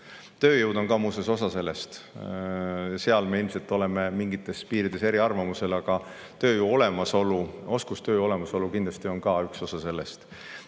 Tööjõud on ka osa sellest. Seal me ilmselt oleme mingites piirides erinevatel arvamustel, aga tööjõu olemasolu, oskustööjõu olemasolu on kindlasti ka üks osa sellest. Kui